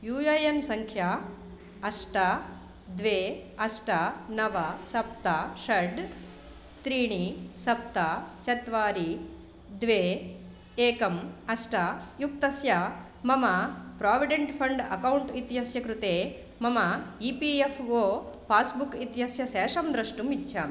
you A N सङ्ख्या अष्ट द्वे अष्ट नव सप्त षड् त्रीणि सप्त चत्वारि द्वे एकम् अष्ट युक्तस्य मम प्राविडेण्ट् फ़ण्ड् अकौण्ट् इत्यस्य कृते मम E P F O passbook इत्यस्य शेषं द्रष्टुम् इच्छामि